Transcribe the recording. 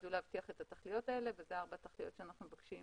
שנועדו להבטיח את התכליות האלה ואלה ארבע התכליות שאנחנו מציעים